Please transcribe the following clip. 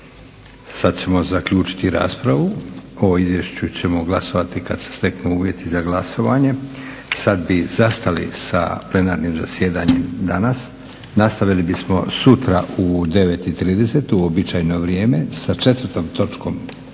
Sad ćemo zaključiti raspravu. O izvješću ćemo glasovati kad se steknu uvjeti za glasovanje. Sad bi zastali sa plenarnim zasjedanjem danas, nastavili bismo sutra u 9,30 u uobičajeno vrijeme sa 4. točkom